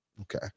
okay